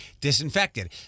disinfected